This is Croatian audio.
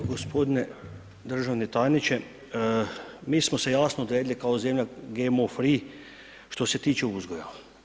G. državni tajniče, mi smo se jasno odredili kao zemlja GMO free što se tiče uzgoja.